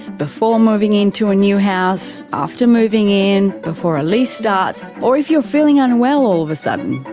before moving in to a new house, after moving in, before a lease starts, or if you're feeling unwell all of a sudden.